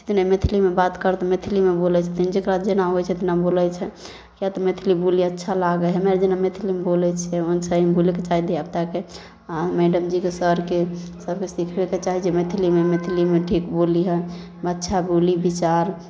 कहै छथिन मैथिलीमे बात कर तऽ मैथिलीमे बोलै छथिन जकर जेना होइ छै तेना बोलै छै किएक तऽ मैथिली बोली अच्छा लागै हइ हमे आर जेना मैथिलीमे बोलै छी ओइसन ही बोलैके चाही धिओपुताके मैडमजीके सरके सभके सिखैके चाही कि मैथिलीमे मैथिलीमे ठीक बोली हइ अच्छा बोली विचार